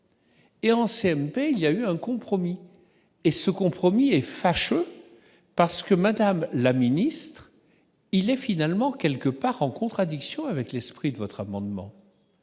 et en CMP, il y a eu un compromis et ce compromis est fâcheux parce que Madame la Ministre, il est finalement quelque part en contradiction avec l'esprit de votre amendement,